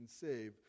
save